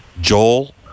Joel